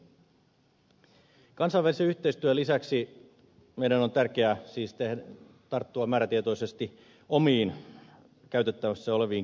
kansainvälisen yhteistyön lisäksi meidän on tärkeää siis tarttua määrätietoisesti omiin käytettävissä oleviin keinoihimme